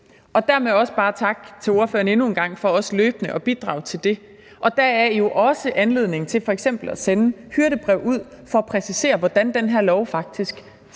endnu en gang tak til ordføreren for løbende at bidrage til det. Der er jo f.eks. også en anledning til at sende et hyrdebrev ud for at præcisere, hvordan den her lov faktisk